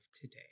today